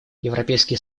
европейский